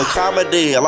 comedy